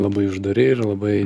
labai uždari ir labai